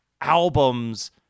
albums